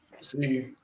See